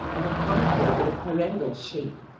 of a conical or pyramidal shape.